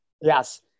Yes